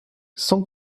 sans